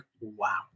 wow